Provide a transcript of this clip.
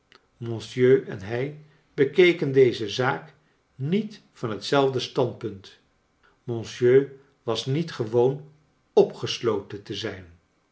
monsieur en hij bekeken deze zaak niet van hetzelfde standpunt monsieur was niet gewoon opgesloten te zijn